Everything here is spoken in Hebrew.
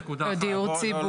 דיור ציבורי.